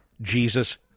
Jesus